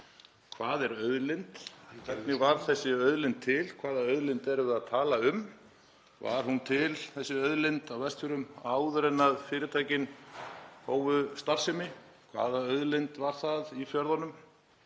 Hvað er auðlind? Hvernig varð þessi auðlind til? Hvaða auðlind erum við að tala um? Var hún til, þessi auðlind, á Vestfjörðum áður en fyrirtækin hófu starfsemi? Hvaða auðlind var það í fjörðunum